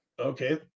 Okay